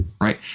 right